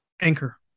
Anchor